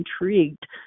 intrigued